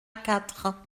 quatre